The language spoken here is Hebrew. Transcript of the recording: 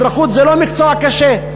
אזרחות זה לא מקצוע קשה,